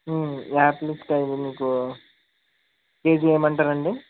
ఆపిల్స్కాయలు మీకు కేజీ వేయమంటారండి